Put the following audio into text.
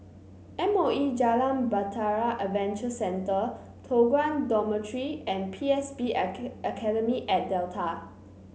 M O E Jalan Bahtera Adventure Centre Toh Guan Dormitory and P S B Academy at Delta